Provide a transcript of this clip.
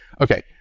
Okay